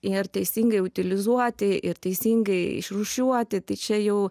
ir teisingai utilizuoti ir teisingai išrūšiuoti tai čia jau